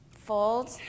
fold